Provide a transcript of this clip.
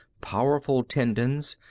powerful tendons,